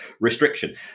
restriction